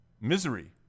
Misery